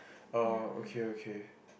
oh okay okay